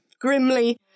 grimly